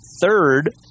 third